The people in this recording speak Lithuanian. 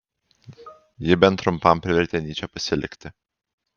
ji bent trumpam privertė nyčę pasilikti